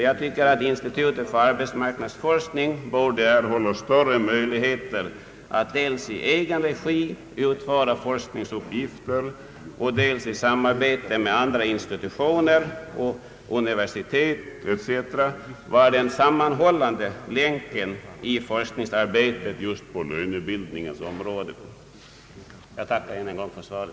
Jag tycker att institutet för arbetsmarknadsforskning bör erhålla större möjligheter att dels i egen regi utföra forskningsuppgifter, dels i samarbete med andra institutioner och med universitet vara den sammanhållande länken i forskningsarbetet på lönebildningens område.